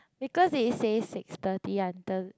because it says six thirty until